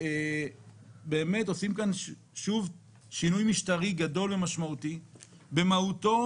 באמת עושים כאן שוב שינוי משטרי גדול ומשמעותי במהותו.